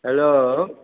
hello